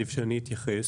עדיף שאני אתייחס.